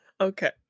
Okay